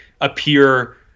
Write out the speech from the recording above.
appear